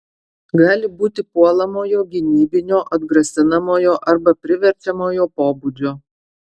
gali būti puolamojo gynybinio atgrasinamojo arba priverčiamojo pobūdžio